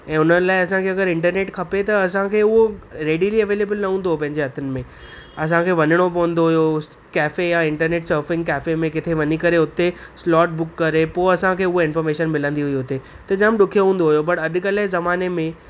ऐं उन्हनि लाइ असांखे अगरि इंटरनेट खपे त असांखे उहो रैडिली अवैलेबल न हूंदो पंहिंजे हथनि में असांखे वञिणो पवंदो हुयो कैफ़े या इंटरनेट सर्फिंग कैफे में किथे वञी करे हुते स्लोट बुक करे पोइ असाखे हूअ इनफोर्मेशन मिलंदी हुई हुते त जाम ॾुखियो हूंदो हो पर अॼुकल्ह जे ज़माने में